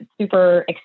super